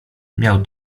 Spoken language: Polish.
miał